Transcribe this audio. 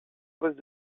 poste